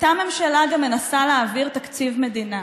אותה ממשלה גם מנסה להעביר תקציב מדינה.